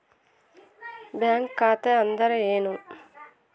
Bank ಖಾತೆ ಅಂದರೆ ಏನು?